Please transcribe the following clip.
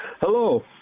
Hello